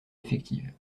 effective